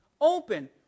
Open